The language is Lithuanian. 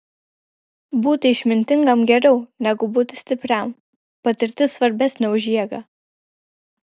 būti išmintingam geriau negu būti stipriam patirtis svarbesnė už jėgą